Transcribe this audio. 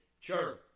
church